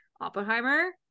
oppenheimer